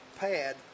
Pad